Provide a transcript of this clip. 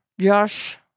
Josh